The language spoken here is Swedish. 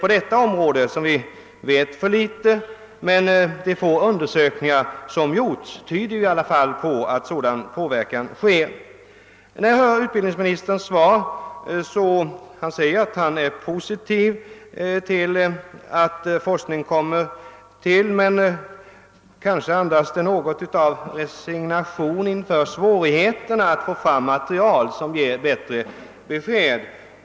På detta område vet vi för litet, men de få undersökningar som har gjorts tyder på att det finns en sådan påverkan. Utbildningsministern säger att han är positiv till att forskning kommer till stånd, men jag tycker att hans svar präglas av resignation inför svårigheterna att få fram ett material som ger bättre besked.